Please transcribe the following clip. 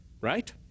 right